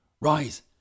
rise